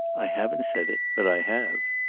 i haven't said it. but i have.